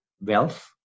wealth